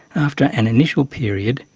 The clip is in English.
after an initial period,